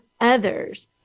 others